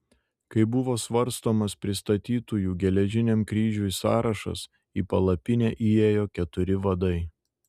kai buvo svarstomas pristatytųjų geležiniam kryžiui sąrašas į palapinę įėjo keturi vadai